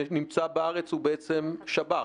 ונמצא בארץ הוא למעשה שב"ח,